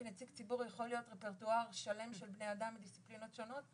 כי נציג ציבור יכול להיות רפרטואר שלם של בני אדם עם דיסציפלינות שונות.